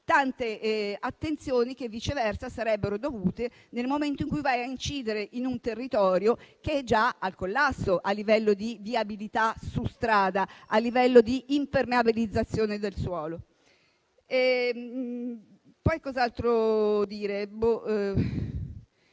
tante attenzioni che, viceversa, sarebbero dovute nel momento in cui si va ad incidere su un territorio che è già al collasso a livello di viabilità su strada e di impermeabilizzazione del suolo. Avevo chiesto negli